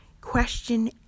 Question